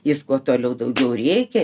jis kuo toliau daugiau rėkia